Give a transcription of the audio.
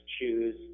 choose